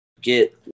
get